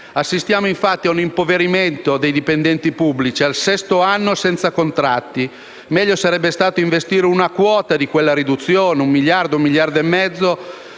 Assistiamo, infatti, a un impoverimento dei dipendenti pubblici, al sesto anno senza contratti. Meglio sarebbe stato investire una quota di quella riduzione, un miliardo o un miliardo e mezzo,